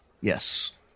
Yes